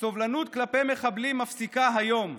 הסובלנות כלפי מחבלים מפסיקה היום.